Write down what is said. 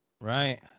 Right